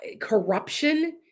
corruption